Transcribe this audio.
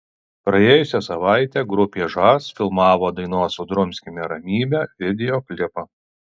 praėjusią savaitę grupė žas filmavo dainos sudrumskime ramybę videoklipą